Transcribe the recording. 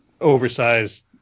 oversized